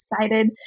excited